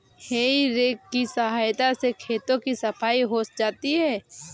हेइ रेक की सहायता से खेतों की सफाई हो जाती है